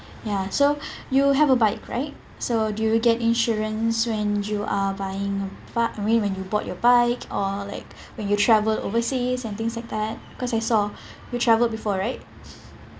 ya so you have a bike right so do you get insurance when you are buying b~ I mean when you bought your bike or like when you travel overseas and things like that because I saw you travelled before right